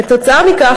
כתוצאה מכך,